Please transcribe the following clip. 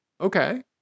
okay